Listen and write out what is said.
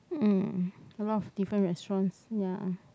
um a lot of different restaurants ya